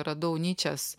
radau nyčės